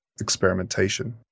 experimentation